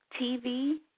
TV